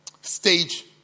Stage